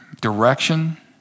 direction